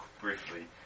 briefly